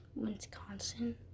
wisconsin